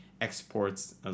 exports